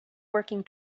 working